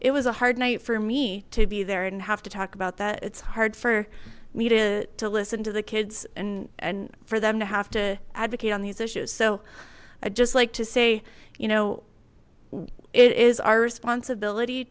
it was a hard night for me to be there and have to talk about that it's hard for me to listen to the kids and and for them to have to advocate on these issues so i just like to say you know it is our responsibility